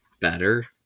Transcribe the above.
better